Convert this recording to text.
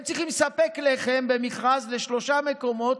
הם צריכים לספק לחם במכרז לשלושה מקומות,